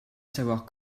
savoir